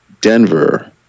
Denver